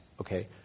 okay